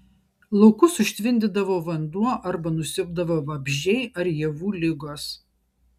laukus užtvindydavo vanduo arba nusiaubdavo vabzdžiai ar javų ligos